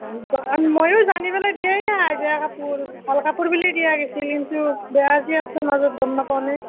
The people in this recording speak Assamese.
মইয়ো জানি পেলাই দিয়াই নাই বেয়া কাপোৰ ভাল কাপোৰ বুলি দিয়া গেছিল কিন্তু বেয়া যি আছে মাজত গম নাপাওঁ নহয়